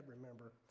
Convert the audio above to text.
remember